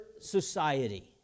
society